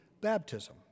baptism